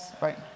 right